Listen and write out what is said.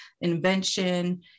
invention